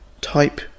Type